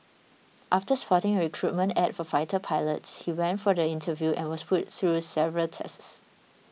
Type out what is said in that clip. after spotting a recruitment ad for fighter pilots he went for the interview and was put through several tests